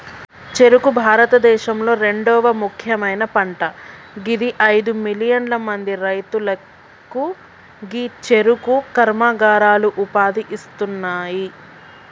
చెఱుకు భారతదేశంలొ రెండవ ముఖ్యమైన పంట గిది అయిదు మిలియన్ల మంది రైతులకు గీ చెఱుకు కర్మాగారాలు ఉపాధి ఇస్తున్నాయి